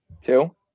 Two